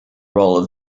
role